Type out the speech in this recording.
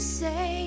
say